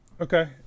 Okay